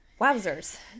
wowzers